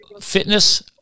fitness